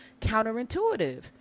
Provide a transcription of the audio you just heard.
counterintuitive